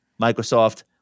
Microsoft